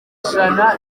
ijana